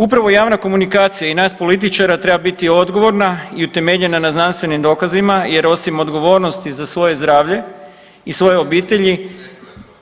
Upravo javna komunikacija i nas političara treba biti odgovorna i utemeljena na znanstvenim dokazima jer osim odgovornosti za svoje zdravlje i svoje obitelji